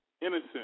innocent